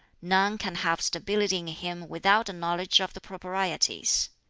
none can have stability in him without a knowledge of the proprieties.